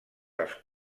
als